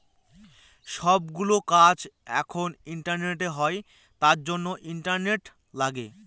সব গুলো কাজ এখন ইন্টারনেটে হয় তার জন্য ইন্টারনেট লাগে